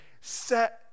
set